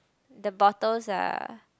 the bottles are